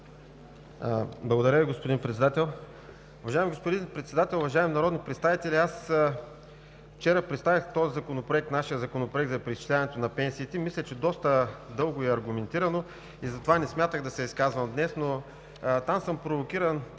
Благодаря Ви, господин Председател. Уважаеми господин Председател, уважаеми народни представители! Аз вчера представих нашия законопроект за преизчисляването на пенсиите, мисля, доста дълго и аргументирано и затова не смятах да се изказвам днес. Но съм провокиран